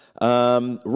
Right